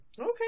Okay